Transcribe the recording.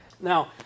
Now